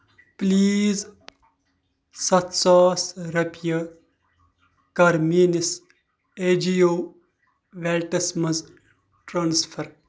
please سَتھ ساس رۄپیہِ کر میٲنِس ایجِیو ویلٹس مَنٛز ٹرانسفر